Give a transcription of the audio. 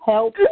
Help